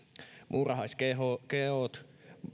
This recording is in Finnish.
muurahaiskeot